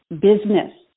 business